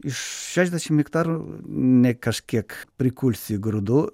iš šešiasdešimt hektarų ne kažkiek prikulsi grūdų